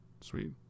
Sweet